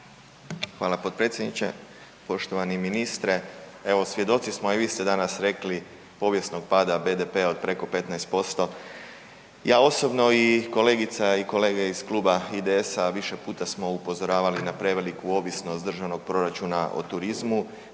Hvala potpredsjedniče. Poštovani ministre, evo svjedoci smo a i vi ste danas rekli, povijesnog pada BDP-a od preko 15%. Ja osobno i kolegica i kolege iz kluba IDS-a više puta smo upozoravali na preveliku ovisnost državnog proračuna o turizmu